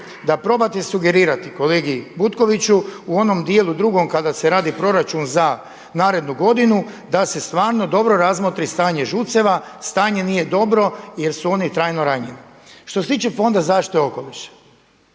da probate sugerirati kolegi Butkoviću u onom dijelu drugom kada se radi proračun za narednu godinu da se stvarno dobro razmotri stanje ŽUC-eva, stanje nije dobro jer su oni trajno ranjeni. Što se tiče Fonda za zaštitu